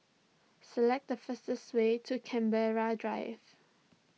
select the fastest way to Canberra Drive